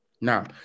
Now